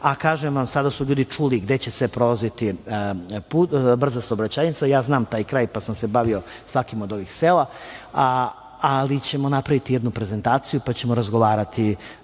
Kažem vam, sada su ljudi čuli gde će sve prolaziti brza saobraćajnica. Znam taj kraj pa sam se bavio svakim od ovih sela, ali ćemo napraviti jednu prezentaciju, pa ćemo razgovarati